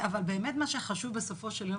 באמת מה שחשוב בסופו של יום,